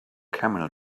camel